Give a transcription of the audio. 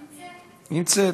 נמצאת.